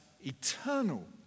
eternal